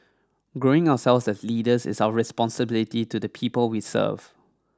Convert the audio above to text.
growing ourselves as leaders is our responsibility to the people we serve